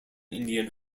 indian